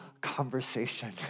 conversation